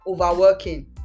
overworking